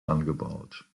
angebaut